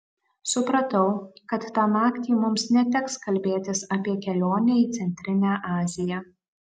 supratau kad tą naktį mums neteks kalbėtis apie kelionę į centrinę aziją